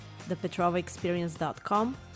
ThePetrovaExperience.com